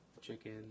chicken